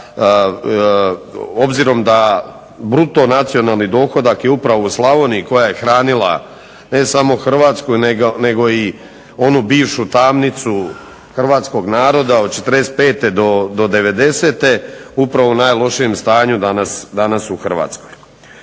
Obzirom da bruto nacionalni dohodak je upravo u Slavoniji koja je hranila ne samo Hrvatsku nego i onu bivšu tamnicu hrvatskog naroda od '45. do '90., upravo u najlošijem stanju danas u Hrvatskoj.